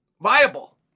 viable